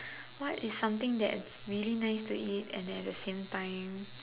what is something that really nice to eat and at the same time